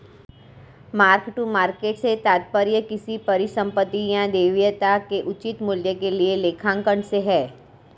mark to market से तात्पर्य किसी परिसंपत्ति या देयता के उचित मूल्य के लिए लेखांकन से है